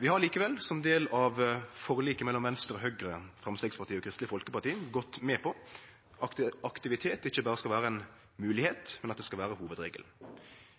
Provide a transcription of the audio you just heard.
Vi har likevel, som del av forliket mellom Venstre, Høgre, Framstegspartiet og Kristeleg Folkeparti, gått med på at aktivitet ikkje berre skal vere ei moglegheit, men at det skal vere hovudregelen.